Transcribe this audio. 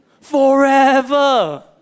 Forever